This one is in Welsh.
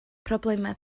problemau